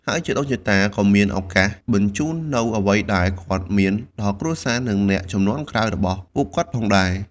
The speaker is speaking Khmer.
ហើយជីដូនជីតាក៏មានឱកាសបញ្ជូននូវអ្វីដែលគាត់មានដល់គ្រួសារនិងអ្នកជំនាន់ក្រោយរបស់ពួកគាត់ផងដែរ។